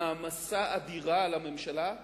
מעמסה אדירה על הממשלה,